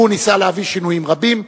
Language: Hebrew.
הוא ניסה להביא שינויים רבים,